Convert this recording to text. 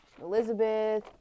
Elizabeth